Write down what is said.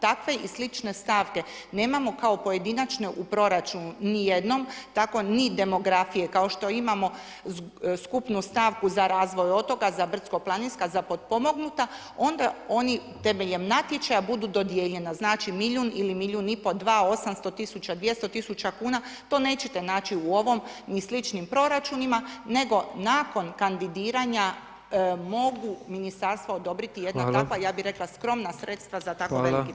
Takve i slične stavke nemamo kao pojedinačne u proračunu ni jednom tako ni demografije, kao što imamo skupnu stavku za razvoj otoka, za brdsko-planinska, za potpomognuta onda oni temeljem natječaja budu dodijeljena, znači milijun ili milijun i pol dva, 800 tisuća, 200 tisuća kuna, to nećete naći u ovom ni sličnim proračunima nego nakon kandidiranja mogu ministarstva odobriti jedna takva ja bih rekla skromna sredstva za tako veliki